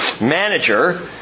manager